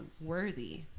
worthy